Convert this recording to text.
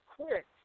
Quick